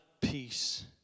peace